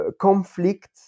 conflict